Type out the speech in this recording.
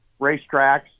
racetracks